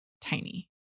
tiny